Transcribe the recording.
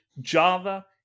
Java